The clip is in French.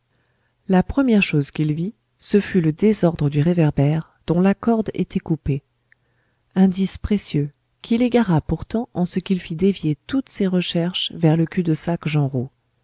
la première chose qu'il vit ce fut le désordre du réverbère dont la corde était coupée indice précieux qui l'égara pourtant en ce qu'il fit dévier toutes ses recherches vers le cul-de-sac genrot il